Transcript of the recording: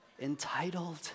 entitled